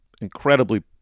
incredibly